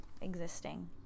existing